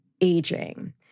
aging